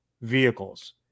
vehicles